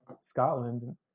scotland